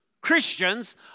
Christians